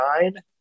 nine